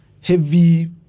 heavy